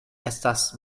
estas